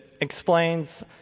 explains